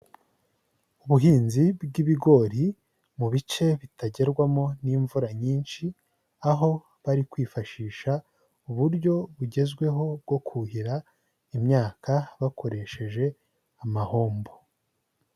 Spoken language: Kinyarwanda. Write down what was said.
Ubuhinzi bw'ibigori mu bice bitagerwamo n'imvura nyinshi, aho bari kwifashisha uburyo bugezweho bwo kuhira imyaka bakoresheje amahombo.